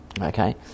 Okay